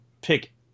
pick